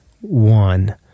one